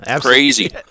Crazy